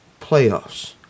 playoffs